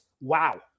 wow